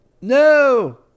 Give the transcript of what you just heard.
No